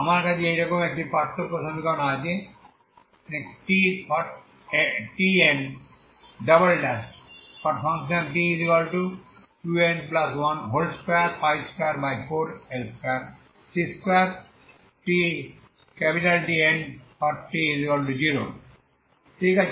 আমার কাছে এইরকম একটি পার্থক্য সমীকরণ আছে Tnt2n1224L2c2Tnt0 ঠিক আছে